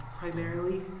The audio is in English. Primarily